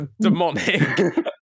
demonic